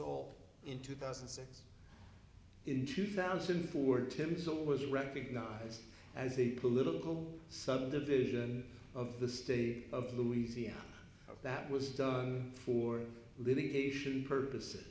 all in two thousand and six in two thousand and four tensile was recognized as a political subdivision of the state of louisiana that was done for litigation purposes